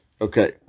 Okay